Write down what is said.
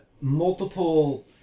multiple